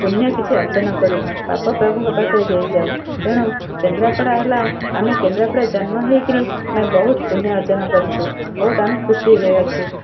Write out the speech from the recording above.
ପୁଣ୍ୟ କିଛି ଅର୍ଜନ କରୁ ପାପ ପ୍ରଭୁଙ୍କ ପାଖରେ ଦେଇଯାଉ ତେଣୁ କେନ୍ଦ୍ରାପଡ଼ା ହେଲା ଆମେ କେନ୍ଦ୍ରାପଡ଼ା ଜନ୍ମ ହେଇକରି ଆମେ ବହୁତ ପୁଣ୍ୟ ଅର୍ଜନ କରିଛୁ ବହୁତ ଆମେ ଖୁସିରେ ଗଛୁ